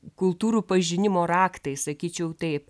kultūrų pažinimo raktai sakyčiau taip